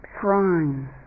shrines